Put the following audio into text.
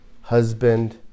husband